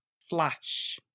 flash